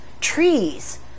trees